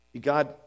God